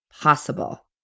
possible